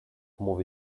movie